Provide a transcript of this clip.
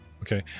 Okay